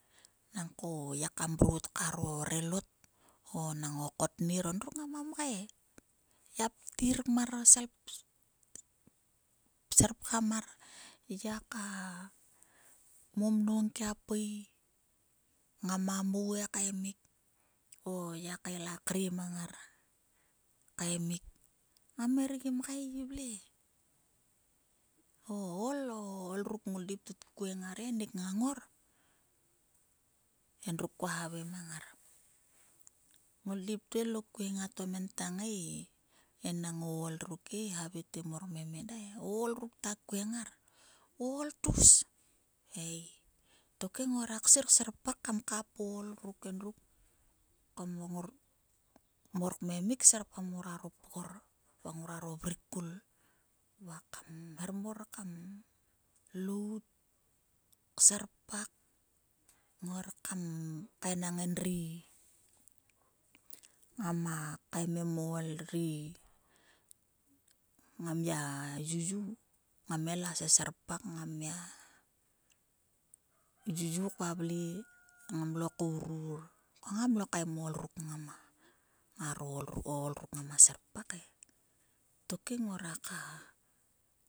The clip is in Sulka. Nangko ngiaka mrot kar o relot o okotmir ngara mgai ngiak kptir kim mar serpgam mar ngiaka mommnong kia pui ngam a mou he kaemik o ngiak kael a kre mang ngar kaemik ngam her gi mgai gi vle he. O ol. o d ruk ngolde tkut kuemg ngar he ennik endruk kua havai mang nagr ngoldeip tkngai lo kueng a tomhel tana he enang o ol ruk he mor kam to kaemik e. O ol ruk ta kuena ngar. O ol tgus tokhe ngruak sir serpak kam kap o ol ruk endruk ko mor kmemki serpgain nguoro pgor. nguoro vur kul va kam hermar kam lout kserpak. Nguar kam enang endri ngama kaemem o ol ri endri ngam gia yuyu ngam ngai la seserpark ngam gia yuyu kvavle ngamlo kourur ko ngam lo kaem ol ruk. ngama laa serpake e. Tokhe ngoraka